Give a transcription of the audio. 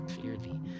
clearly